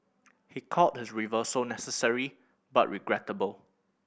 he called his reversal necessary but regrettable